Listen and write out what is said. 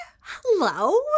Hello